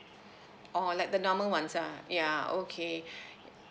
oh like the normal ones ah yeah okay